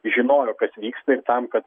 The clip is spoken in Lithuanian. žinojo kas vyksta ir tam kad